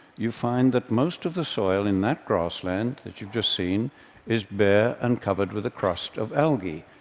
you find that most of the soil in that grassland that you've just seen is bare and covered with a crust of algae,